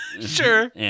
Sure